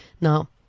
Now